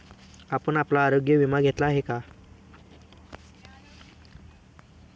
आपण आपला आरोग्य विमा घेतला आहे का?